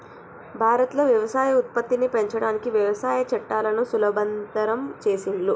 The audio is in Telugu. భారత్ లో వ్యవసాయ ఉత్పత్తిని పెంచడానికి వ్యవసాయ చట్టాలను సులభతరం చేసిండ్లు